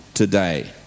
today